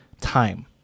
time